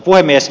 puhemies